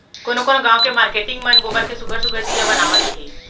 कोनो कोनो गाँव के मारकेटिंग मन गोबर के सुग्घर सुघ्घर दीया बनावत हे